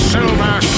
Silver